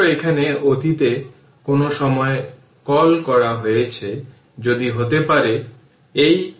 যেহেতু একটি ideal capacitor energy অপচয় করতে পারে না